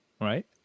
right